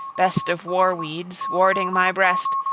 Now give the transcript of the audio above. best of war-weeds, warding my breast,